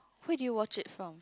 where did you watch it from